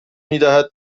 میدهد